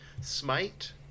Smite